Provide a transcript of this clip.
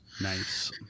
Nice